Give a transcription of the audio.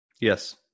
yes